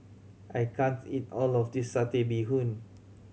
I can't eat all of this Satay Bee Hoon